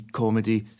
comedy